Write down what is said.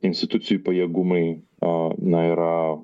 institucijų pajėgumai a na yra